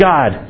God